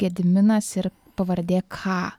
gediminas ir pavardė ka